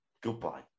Goodbye